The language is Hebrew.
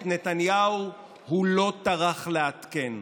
את נתניהו הוא לא טרח לעדכן,